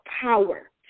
power